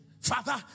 Father